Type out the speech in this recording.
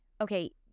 okay